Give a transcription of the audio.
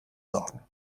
sorgen